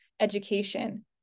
education